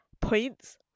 points